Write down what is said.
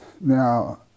now